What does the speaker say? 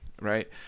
right